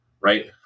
right